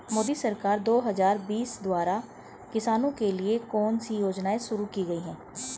मोदी सरकार दो हज़ार बीस द्वारा किसानों के लिए कौन सी योजनाएं शुरू की गई हैं?